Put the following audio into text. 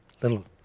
little